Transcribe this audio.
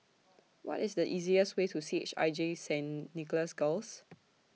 What IS The easiest Way to C H I J Saint Nicholas Girls